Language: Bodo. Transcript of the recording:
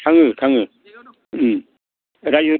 थाङो थाङो उम रायो